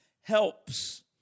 Helps